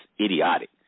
idiotic